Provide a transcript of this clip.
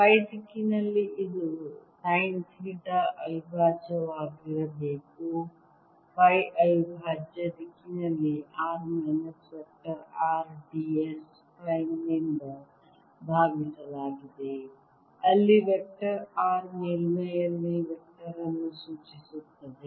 five ದಿಕ್ಕಿನಲ್ಲಿ ಇದು sine theta ಅವಿಭಾಜ್ಯವಾಗಿರಬೇಕು ಫೈ ಅವಿಭಾಜ್ಯ ದಿಕ್ಕಿನಲ್ಲಿ r minus vector R d s ಪ್ರೈಮ್ನಿಂದ ಭಾಗಿಸಲಾಗಿದೆ ಅಲ್ಲಿ ವೆಕ್ಟರ್ r ಮೇಲ್ಮೈಯಲ್ಲಿ ವೆಕ್ಟರ್ ಅನ್ನು ಸೂಚಿಸುತ್ತದೆ